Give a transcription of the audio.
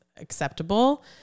acceptable